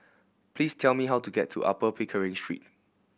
please tell me how to get to Upper Pickering Street